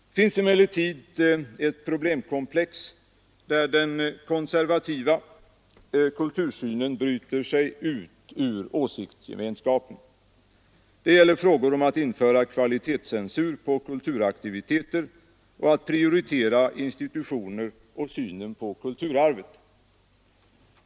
Det finns emellertid ett problemkomplex där den konservativa moderata kultursynen bryter sig ur åsiktsgemenskapen. Det gäller frågor om att införa kvalitetscensur på kulturaktiviteter, att prioritera institutioner och synen på kulturarvet.